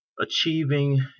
achieving